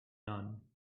none